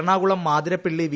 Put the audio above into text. Ernakulam Mathirappilly V